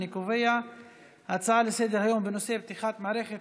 אני קובע שההצעה לסדר-היום בנושא פתיחת מערכת